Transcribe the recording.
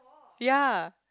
ya